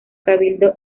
cabildo